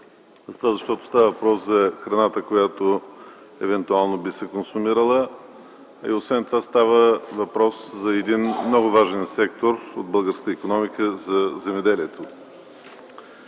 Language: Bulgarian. тема, защото става въпрос за храната, която евентуално би се консумирала. Освен това става въпрос за един много важен сектор от българската икономика – за земеделието.